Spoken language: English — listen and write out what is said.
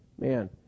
man